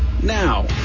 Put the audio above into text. now